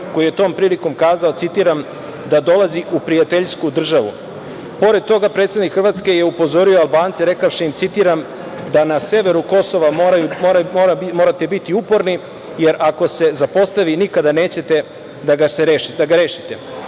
koji je tom prilikom kazao, citiram: „Da dolazi u prijateljsku državu“.Pored toga, predsednik Hrvatske je upozorio Albance, rekavši im, citiram: „Da na severu Kosova morate biti uporni, jer ako se zapostavi, nikada nećete da ga rešite“.